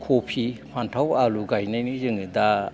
खफि फान्थाव आलु गायनायनि जोङो दा